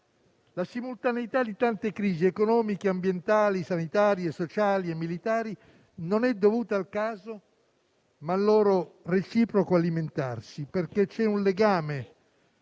La simultaneità di tante crisi economiche, ambientali, sanitarie, sociali e militari non è dovuta al caso, ma al loro reciproco alimentarsi, perché c'è un legame